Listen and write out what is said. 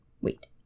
wait